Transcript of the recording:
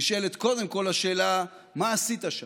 נשאלת קודם כול השאלה, מה עשית שם.